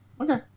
Okay